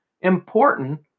important